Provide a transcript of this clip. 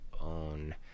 Own